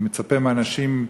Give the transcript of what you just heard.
אני מצפה מאנשים,